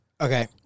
Okay